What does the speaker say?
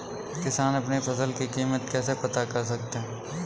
किसान अपनी फसल की कीमत कैसे पता कर सकते हैं?